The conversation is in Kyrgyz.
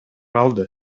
калды